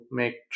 make